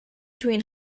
between